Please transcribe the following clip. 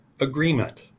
agreement